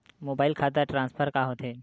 Mobile खाता transfer का होथे?